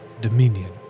dominion